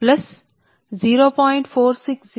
కాబట్టి 0